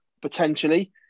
potentially